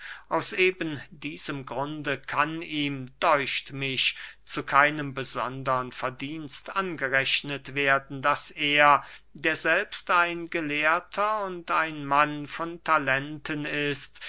aus eben diesem grunde kann ihm däucht mich zu keinem besondern verdienst angerechnet werden daß er der selbst ein gelehrter und ein mann von talenten ist